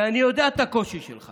ואני יודע את הקושי שלך